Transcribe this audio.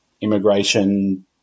immigration